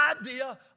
idea